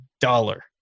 dollar